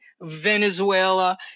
Venezuela